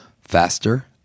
faster